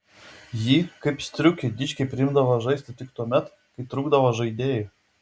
jį kaip striukį dičkiai priimdavo žaisti tik tuomet kai trūkdavo žaidėjų